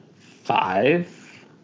five